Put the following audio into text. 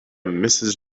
mrs